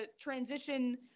transition